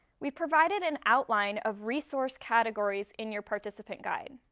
we've provided an outline of resource categories in your participant guide.